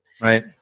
Right